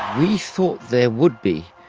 we thought there would be,